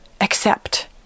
accept